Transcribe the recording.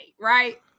right